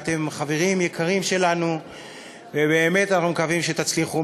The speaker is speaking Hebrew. אתם חברים יקרים שלנו ובאמת אנחנו מקווים שתצליחו.